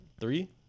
three